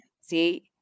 See